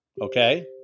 Okay